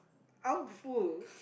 I'm full